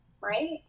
right